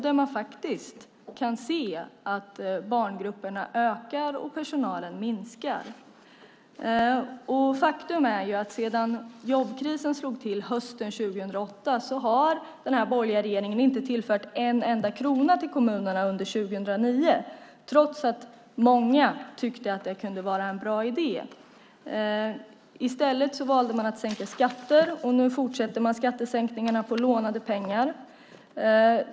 De kan faktiskt också se att barngrupperna ökar och personalen minskar. Faktum är att den borgerliga regeringen sedan jobbkrisen slog till hösten 2008 inte har tillfört en enda krona till kommunerna under 2009, trots att många tyckte att det kunde vara en bra idé. I stället valde man att sänka skatter, och nu fortsätter man skattesänkningarna på lånade pengar.